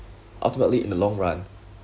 ultimately in the long run